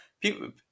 people